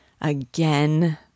again